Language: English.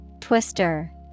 Twister